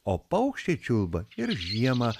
o paukščiai čiulba ir žiemą